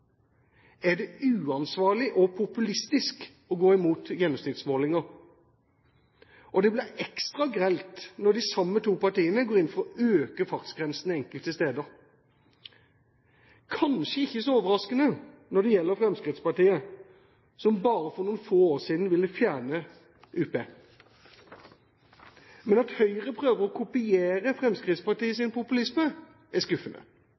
er det uansvarlig og populistisk å gå imot gjennomsnittsmålinger. Det blir ekstra grelt når de samme to partiene går inn for å øke fartsgrensene enkelte steder. Det er kanskje ikke så overraskende når det gjelder Fremskrittspartiet, som bare for noen få år siden ville fjerne UP, men at Høyre prøver å kopiere Fremskrittspartiets populisme, er skuffende.